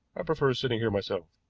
i prefer sitting here myself.